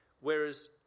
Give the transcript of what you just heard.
whereas